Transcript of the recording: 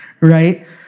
right